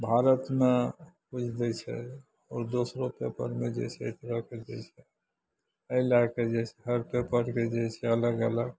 भारतमे रोज दै छै आओर दोसरो पेपरमे जे छै एहि तरहके दै छै एहि लए कऽ जे छै हर पेपरके जे छै अलग अलग